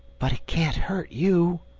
but it can't hurt you,